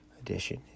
edition